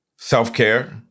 self-care